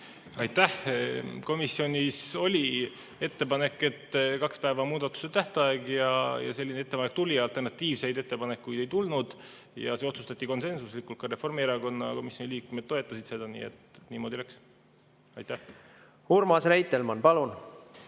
Aitäh! Komisjonis oli ettepanek, et kaks päeva muudatuste tähtaeg. Selline ettepanek tuli ja alternatiivseid ettepanekuid ei tulnud. See otsustati konsensuslikult, ka Reformierakonna liikmed komisjonis toetasid seda, nii et niimoodi läks. Urmas Reitelmann, palun!